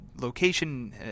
location